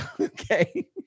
Okay